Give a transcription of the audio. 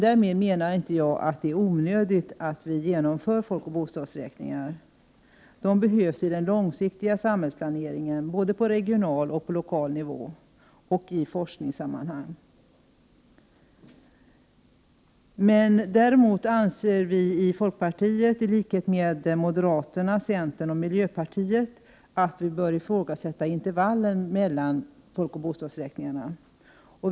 Därmed menar jag inte att det är onödigt att genomföra folkoch bostadsräkningar. De behövs i den långsiktiga samhällsplaneringen såväl på regional nivå som på lokal nivå samt i forskningssammanhang. Däremot anser vi i folkpartiet, i likhet med moderata samlingspartiet, centerpartiet och miljöpartiet, att man bör ifrågasätta intervallet mellan folkoch bostadsräkningarna.